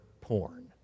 porn